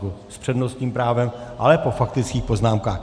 S přednostním právem, ale po faktických poznámkách.